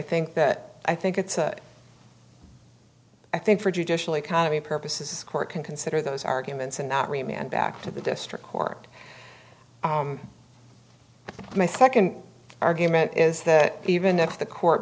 think that i think it's a i think for judicial economy purposes court can consider those arguments and not remain back to the district court my second argument is that even if the court